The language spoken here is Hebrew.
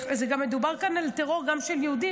מדובר כאן גם על טרור של יהודים.